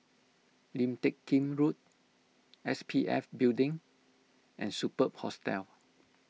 Lim Teck Kim Road S P F Building and Superb Hostel